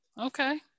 Okay